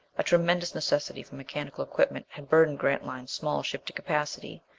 a tremendous necessity for mechanical equipment had burdened grantline's small ship to capacity.